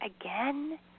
again